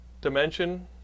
Dimension